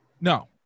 no